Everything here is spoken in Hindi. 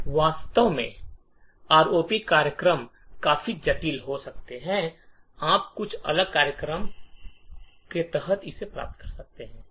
वास्तविकता में आरओपी कार्यक्रम काफी जटिल हो सकते हैं आप कुछ अलग कार्यक्रम कार्यात्मकता प्राप्त कर सकते हैं